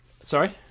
sorry